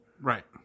Right